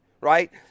right